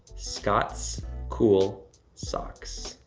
scott's cool socks.